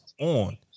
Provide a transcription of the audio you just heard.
on